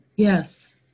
Yes